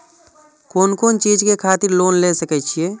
कोन कोन चीज के खातिर लोन ले सके छिए?